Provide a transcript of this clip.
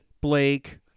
Blake